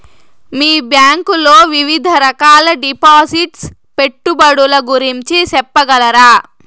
మీ bank లో వివిధ రకాల డిపాసిట్స్, పెట్టుబడుల గురించి సెప్పగలరా?